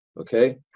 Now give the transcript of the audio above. okay